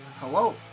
Hello